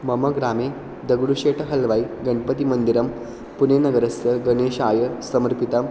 मम ग्रामे दगुडुषेटहल्वाय् गणपतिमन्दिरं पुनेनगरस्य गणेशाय समर्पितम्